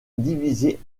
divisée